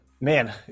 man